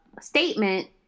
statement